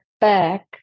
back